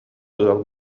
ыал